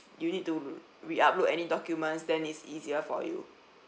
you need to re-upload any documents then it's easier for you